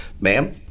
ma'am